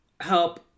help